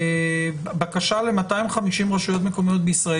בקשה ל-250 רשויות מקומיות בישראל?